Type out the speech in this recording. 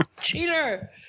Cheater